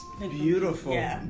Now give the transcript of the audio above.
Beautiful